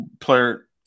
player